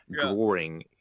drawing